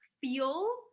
feel